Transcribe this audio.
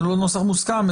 זה לא נוסח מוסכם,